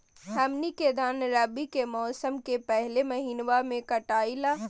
हमनी के धान रवि के मौसम के पहले महिनवा में कटाई ला